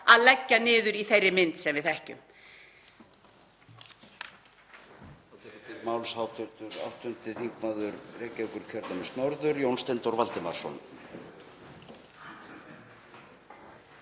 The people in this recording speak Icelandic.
að leggja hann niður í þeirri mynd sem við þekkjum.